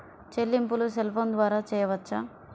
చెల్లింపులు cell phone ద్వారా చేయవచ్చా?